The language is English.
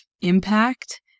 impact